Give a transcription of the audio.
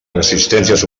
resistències